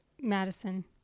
Madison